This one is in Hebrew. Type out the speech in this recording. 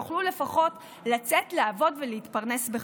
יוכלו לפחות לצאת לעבוד ולהתפרנס בכבוד.